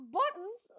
buttons